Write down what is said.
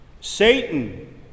Satan